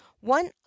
one